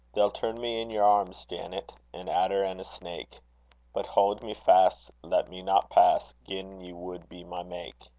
they'll turn me in your arms, janet, an adder and a snake but haud me fast, let me not pass, gin ye would be my maik.